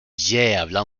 jävla